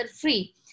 free